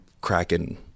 cracking